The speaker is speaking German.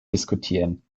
diskutieren